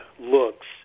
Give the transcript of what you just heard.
looks